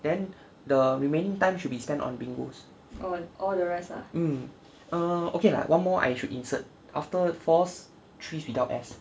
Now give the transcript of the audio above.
then the remaining time should be spent on bingo mm err okay lah one more I should insert after four three without S